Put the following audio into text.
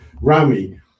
Rami